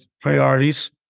priorities